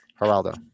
Geraldo